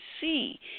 see